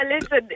Listen